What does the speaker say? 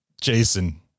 Jason